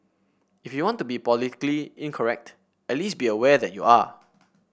if you want to be politically incorrect at least be aware that you are